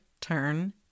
turn